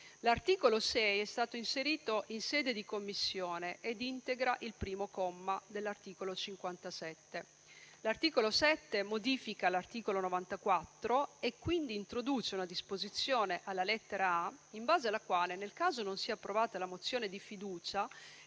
L'articolo 6 è stato inserito in sede di Commissione e integra il primo comma dell'articolo 57. L'articolo 7 modifica l'articolo 94 e introduce una disposizione alla lettera *a)* in base alla quale, nel caso non sia approvata la mozione di fiducia